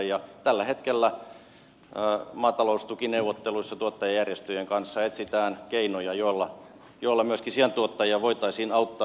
ja tällä hetkellä maataloustukineuvotteluissa tuottajajärjestöjen kanssa etsitään keinoja joilla myöskin siantuottajia voitaisiin auttaa